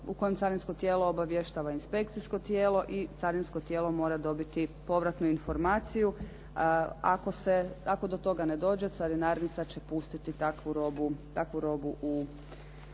u kojem carinsko tijelo obavještava inspekcijsko tijelo i carinsko tijelo mora dobiti povratnu informaciju. Ako do toga ne dođe carinarnica će pustiti takvu robu u promet.